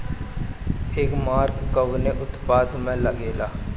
एगमार्क कवने उत्पाद मैं लगेला?